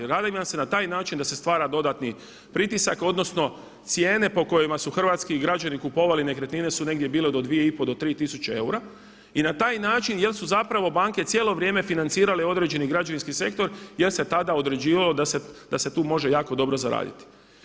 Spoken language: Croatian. Radi vam se na taj način da se stvara dodatni pritisak, odnosno cijene po kojima su hrvatski građani kupovali nekretnine su negdje bile do 2 i pol do 3 tisuće eura i na taj način, jer su zapravo banke cijelo vrijeme financirale određeni građevinski sektor jer se tada određivalo da se tu može jako dobro zaraditi.